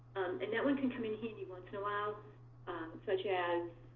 and that one can come in handy once in a while such as,